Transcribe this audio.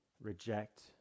reject